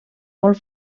molt